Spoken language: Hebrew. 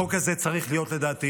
החוק הזה צריך להיות בקונסנזוס,